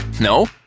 No